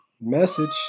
Message